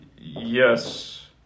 yes